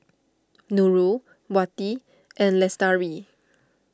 Nurul Wati and Lestari